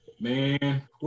man